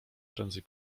prędzej